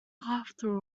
after